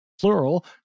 plural